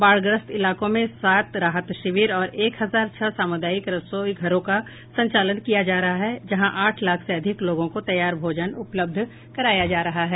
बाढ़ग्रस्त इलाकों में सात राहत शिविर और एक हजार छह सामुदायिक रसोई घरों का संचालन किया जा रहा है जहां आठ लाख से अधिक लोगों को तैयार भोजन उपलब्ध कराया जा रहा है